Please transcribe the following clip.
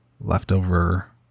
leftover